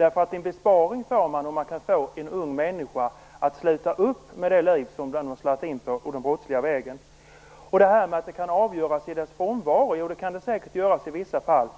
En besparing åstadkommer man ju om man kan få en ung människa att sluta upp med det liv det har slagit in på, ett liv på den brottsliga vägen. Ann-Marie Fagerström påpekar också att målen kan avgöras i den tilltalades frånvaro. Ja, så är det säkert i vissa fall.